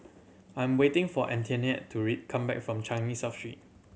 I am waiting for Antoinette to come back from Changi South Street